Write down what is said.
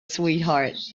sweetheart